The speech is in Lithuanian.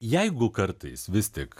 jeigu kartais vis tik